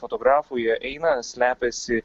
fotografų jie eina slepiasi